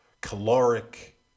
caloric